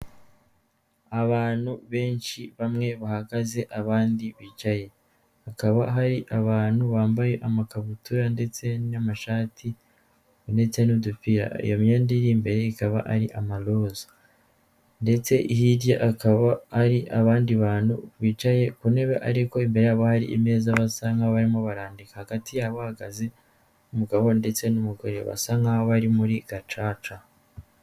Abantu benshi bamwe bahagaze abandi bicaye, hakaba hari abantu bambaye amakabutura ndetse n'amashati ndetse n'udupira iyo myenda iri imbere ikaba ari amaroza, ndetse hirya akaba ari abandi bantu bicaye ku ntebe ariko baya bari imeza basa nk'abamo barandika hagati yabo bahagaze umugabo ndetse n'umugore basa nkaho bari muri gacaca.